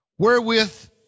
Wherewith